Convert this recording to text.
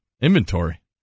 inventory